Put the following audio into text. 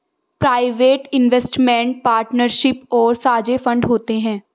private investment partnership और साझे fund होते हैं